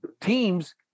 teams